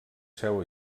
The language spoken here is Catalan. seu